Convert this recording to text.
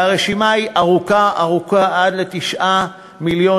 והרשימה היא ארוכה ארוכה, עד ל-9 מיליארד.